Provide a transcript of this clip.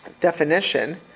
definition